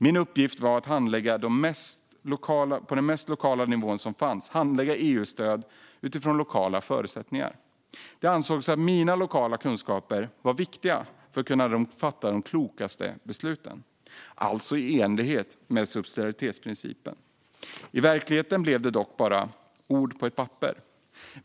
Min uppgift var att på den mest lokala nivån som fanns handlägga EU-stöd utifrån lokala förutsättningar. Det ansågs att mina lokala kunskaper var viktiga för att kunna fatta de klokaste besluten - alltså i enlighet med subsidiaritetsprincipen. I verkligheten blev det dock bara ord på ett papper.